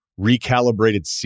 recalibrated